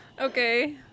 Okay